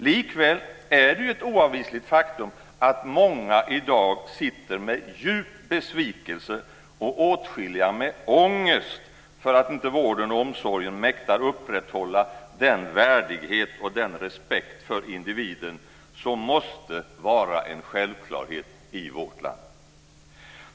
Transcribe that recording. Likväl är det ett oavvisligt faktum att många i dag sitter med djup besvikelse och åtskilliga med ångest för att vården och omsorgen inte mäktar upprätthålla den värdighet och den respekt för individen som måste vara en självklarhet i vårt land.